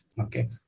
Okay